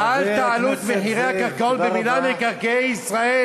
הגיע זמן קריאת שמע של שחרית.